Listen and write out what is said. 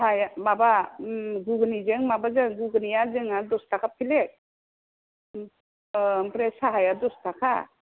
साहाया माबा घुगुनिजों माबाजों घुगुनिया जोंहा दस थाखा प्लेट ओ ओमफ्राय साहाया दस थाखा